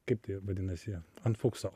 kaip tai vadinasi ant fukso